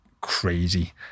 crazy